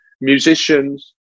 musicians